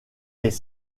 les